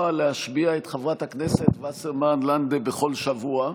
להשביע את חברת הכנסת וסרמן לנדה בכל שבוע.